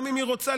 גם אם היא רוצה,